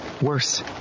Worse